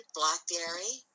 blackberry